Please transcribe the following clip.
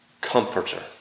comforter